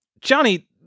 Johnny